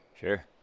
Sure